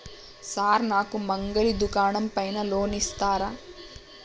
Sir నాకు మంగలి దుకాణం పైన లోన్ ఇత్తరా?